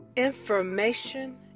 Information